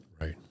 Right